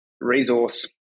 resource